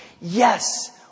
Yes